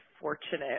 fortunate